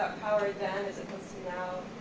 power then, as opposed to now,